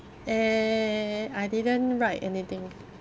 eh I didn't write anything